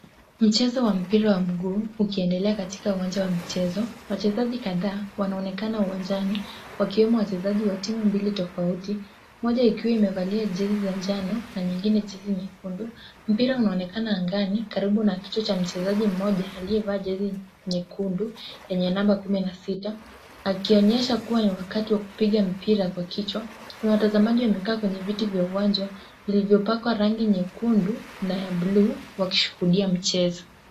Mchezo wa mpira wa mguu ukiendelea katika uwanja wa michezo. Wachezaji kadhaa wanaonekana uwanjani wakiwemo wachezaji wa timu mbili tofauti moja ikiwa imevalia jezi za njano na nyingine jezi nyekundu. Mpira unaonekana angani karibu na kichwa cha mchezaji mmoja aliyevaa jezi nyekundu yenye namba kumi na sita akionyesha kuwa ni wakati wa kupiga mpira kwa kichwa. Kuna watazamaji wamekaa kwenye viti vya uwanja vilivyopakwa rangi nyekundu na ya bluu wakishuhudia mchezo.